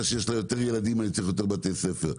שיש לה יותר ילדים אני צריך יותר בתי ספר',